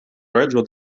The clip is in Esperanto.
reĝo